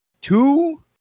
two